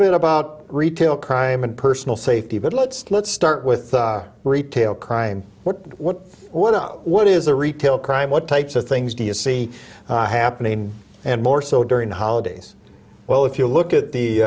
bit about retail crime and personal safety but let's let's start with retail crime what what what what is the retail crime what types of things do you see happening and more so during the holidays well if you look at the